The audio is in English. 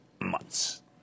months